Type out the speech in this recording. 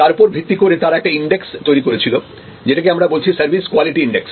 তার উপর ভিত্তি করে তারা একটা ইন্ডেক্স তৈরি করেছিল যেটাকে আমরা বলছি সার্ভিস কোয়ালিটি ইন্ডেক্স